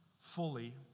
fully